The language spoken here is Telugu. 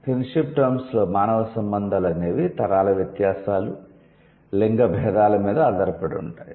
కిన్షిప్ టర్మ్స్ లో మానవ సంబంధాలు అనేవి తరాల వ్యత్యాసాలు లింగ భేదాల మీద ఆధారపడి ఉంటాయి